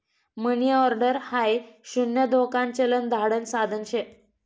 मनी order हाई शून्य धोकान चलन धाडण साधन शे